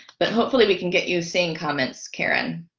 but hopefully we can get you seeing comments caren